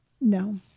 No